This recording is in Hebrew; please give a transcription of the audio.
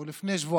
או לפני שבועיים,